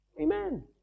Amen